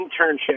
internship